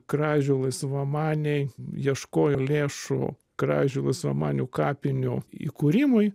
kražių laisvamaniai ieškojo lėšų kražių laisvamanių kapinių įkūrimui